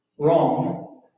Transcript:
wrong